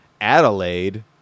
Adelaide